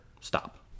stop